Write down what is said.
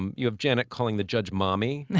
um you have janet calling the judge mommy,